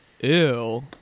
ew